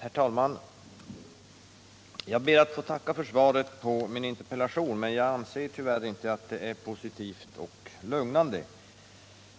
Herr talman! Jag ber att få tacka för svaret på min interpellation, men jag kan tyvärr inte anse att det är positivt och lugnande.